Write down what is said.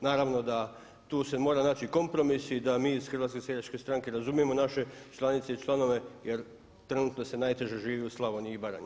Naravno da tu se mora naći kompromis i da mi iz HSS-a razumijemo naše članice i članove jer trenutno se najteže živi u Slavoniji i Baranji.